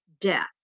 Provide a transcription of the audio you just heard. death